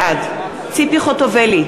בעד ציפי חוטובלי,